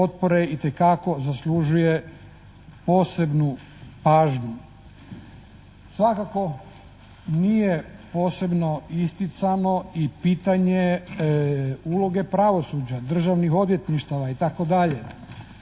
itekako zaslužuje posebnu pažnju. Svakako nije posebno isticano i pitanje uloge pravosuđa, državnih odvjetništava, itd.